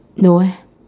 no eh